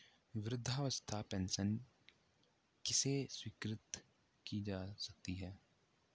वृद्धावस्था पेंशन किसे स्वीकृत की जा सकती है?